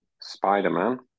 Spider-Man